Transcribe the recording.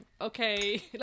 okay